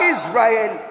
Israel